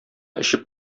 эчеп